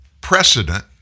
precedent